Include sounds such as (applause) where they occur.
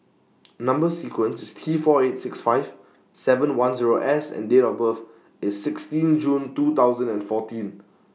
(noise) Number sequence IS T four eight six five seven one Zero S and Date of birth IS sixteen June two thousand and fourteen